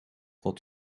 wat